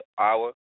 hour